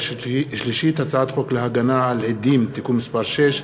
הצעת חוק להגנה על עדים (תיקון מס' 6),